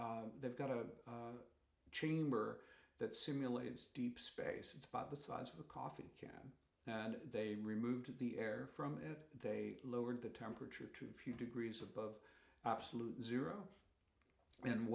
they've got a chamber that simulates deep space it's about the size of a coffee can and they removed the air from it they lowered the temperature to a few degrees above absolute zero and